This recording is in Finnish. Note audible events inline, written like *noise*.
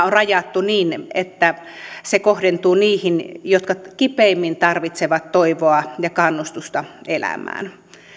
*unintelligible* on rajattu niin että se kohdentuu niihin jotka kipeimmin tarvitsevat toivoa ja kannustusta elämään